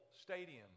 stadium